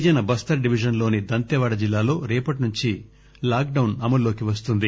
గిరిజన బస్తర్ డివిజన్ లోని దంతేవాడ జిల్లాలో రేపటి నుంచి లాక్ డౌన్ అమల్లోకి వస్తుంది